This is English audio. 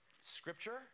Scripture